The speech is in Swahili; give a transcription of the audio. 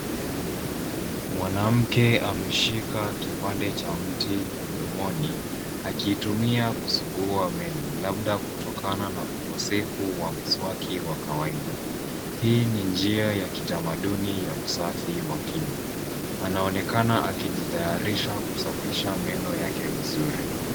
Mwanamke ameshika kipande cha mti mdomoni akitumia kusugua meno. Labda kutokana na ukosefu wa mswaki wa kawaida. Hii ni njia ya kitamaduni ya usafi wa kinywa. Anaonekana akijitayarisha kusafisha meno yake vizuri.